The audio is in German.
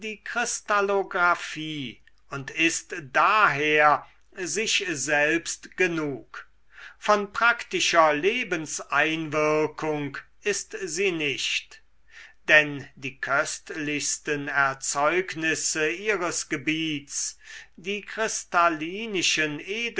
kristallographie und ist daher sich selbst genug von praktischer lebenseinwirkung ist sie nicht denn die köstlichsten erzeugnisse ihres gebiets die